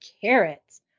carrots